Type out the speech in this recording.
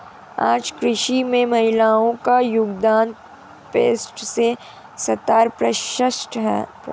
आज कृषि में महिलाओ का योगदान पैसठ से सत्तर प्रतिशत है